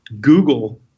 Google